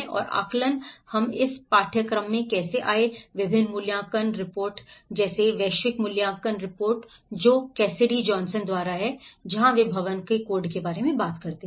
और आकलन हम इस पाठ्यक्रम में कैसे आए विभिन्न मूल्यांकन रिपोर्ट जैसे वैश्विक मूल्यांकन रिपोर्ट जो कैसिडी जॉनसन द्वारा है जहां वे भवन कोड के बारे में बात करते हैं